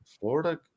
Florida